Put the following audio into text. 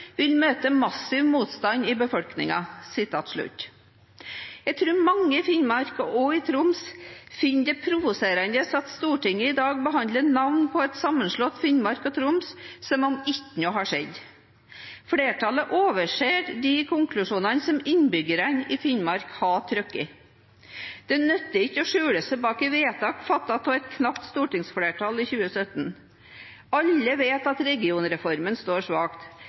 vil møte massiv motstand i befolkningen.» Jeg tror mange i Finnmark, og også i Troms, finner det provoserende at Stortinget i dag behandler navn på et sammenslått Finnmark og Troms som om ingenting har skjedd. Flertallet overser de konklusjonene som innbyggerne i Finnmark har trukket. Det nytter ikke å skjule seg bak et vedtak fattet av et knapt stortingsflertall i 2017. Alle vet at regionreformen står svakt,